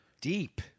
Deep